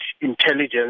intelligence